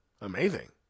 Amazing